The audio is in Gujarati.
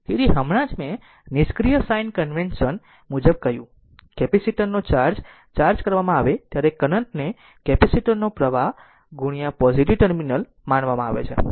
તેથી હમણાં જ મેં નિષ્ક્રિય સાઇન કન્વેશન મુજબ કહ્યું કેપેસિટર નો ચાર્જ કરવામાં આવે ત્યારે કરંટ ને કેપેસિટર નું પ્રવાહ પોઝીટીવ ટર્મિનલ માનવામાં આવે છે